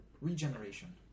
Regeneration